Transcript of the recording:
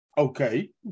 Okay